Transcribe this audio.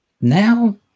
now